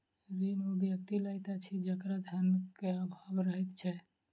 ऋण ओ व्यक्ति लैत अछि जकरा धनक आभाव रहैत छै